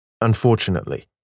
Unfortunately